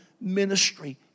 ministry